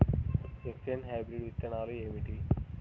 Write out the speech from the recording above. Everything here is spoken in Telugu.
ఎఫ్ వన్ హైబ్రిడ్ విత్తనాలు ఏమిటి?